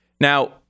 now